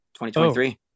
2023